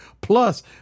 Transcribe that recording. Plus